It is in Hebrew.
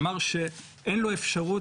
אמר שאין לו אפשרות,